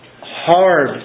hard